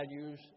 values